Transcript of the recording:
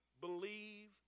believe